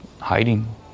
hiding